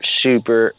super